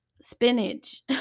spinach